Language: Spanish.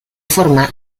forma